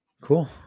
Cool